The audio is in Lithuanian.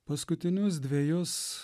paskutinius dvejus